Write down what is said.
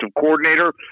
coordinator